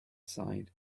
sighed